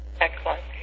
Excellent